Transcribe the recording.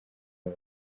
aho